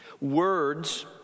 Words